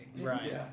Right